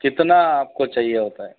कितना आपको चाहिए होता है